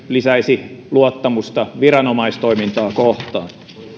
lisäisi luottamusta viranomaistoimintaa kohtaan